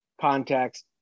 context